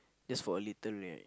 just for a little right